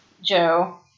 Joe